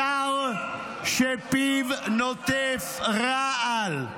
שר שפיו נוטף רעל.